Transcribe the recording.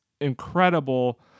incredible